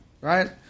right